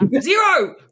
Zero